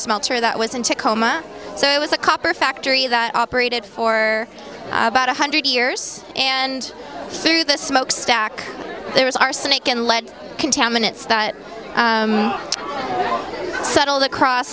smelter that wasn't a coma so it was a copper factory that operated for about one hundred years and through the smokestack there was arsenic and lead contaminants that settled across